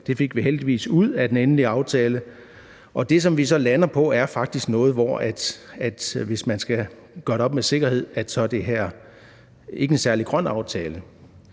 Det fik vi heldigvis ud af den endelige aftale. Det, som vi så er landet på, er faktisk noget, som, hvis man skal gøre det op med sikkerhed, ikke er særlig grøn aftale.